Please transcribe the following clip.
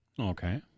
Okay